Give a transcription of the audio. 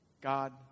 God